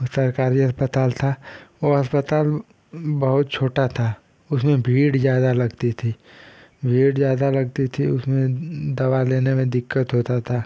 वो सरकारी अस्पताल था वो अस्पताल बहुत छोटा था उसमें भीड़ ज़्यादा लगती थी भीड़ ज़्यादा लगती थी उसमें दवा लेने में दिक्कत होता था